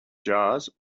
jars